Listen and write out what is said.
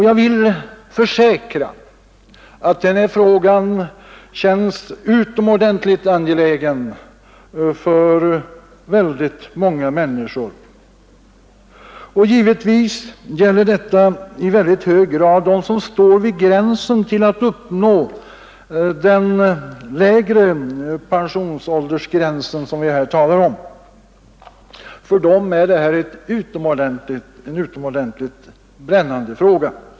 Jag kan försäkra att denna fråga känns utomordentligt angelägen för många människor och naturligtvis speciellt för dem som just befinner sig i skarven till den lägre pensionsåldersgräns som vi här talar om. För dem är detta en oerhört brännande fråga.